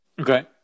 Okay